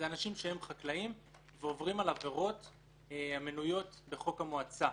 אלה חקלאים שעוברים על עבירות המנויות בחוק המועצה.